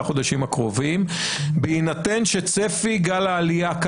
חודשים הקרובים בהינתן שצפי גל העלייה שלכם,